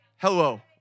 Hello